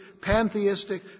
pantheistic